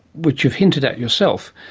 which you've hinted at yourself,